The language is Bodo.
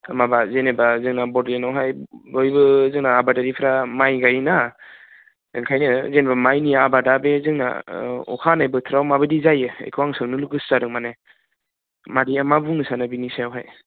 माबा जेनेबा जोंना बड'लेण्डआवहाय बयबो जोंना आबादारिफ्रा माइ गायोना ओंखायनो जेनेबा माइनि आबादा बे जोंना अखा हानाय बोथोराव माबायदि जायो बेखौ आं सोंनो गोसो जादों माने मादैया मा बुंनो सानो बेनि सायावहाय